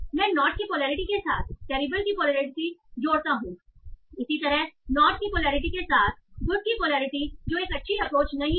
मैं नोट की पोलैरिटी के साथ टेरिबल की पोलैरिटी जोड़ता हूं इसी तरह नोट की पोलैरिटी के साथ गुड की पोलैरिटी जो एक अच्छी अप्रोच नहीं है